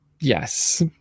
Yes